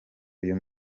uyu